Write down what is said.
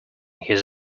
his